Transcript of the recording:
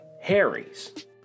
Harry's